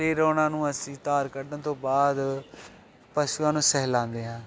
ਫਿਰ ਉਹਨਾਂ ਨੂੰ ਅਸੀਂ ਧਾਰ ਕੱਢਣ ਤੋਂ ਬਾਅਦ ਪਸ਼ੂਆਂ ਨੂੰ ਸਹਿਲਾਂਦੇ ਹਾਂ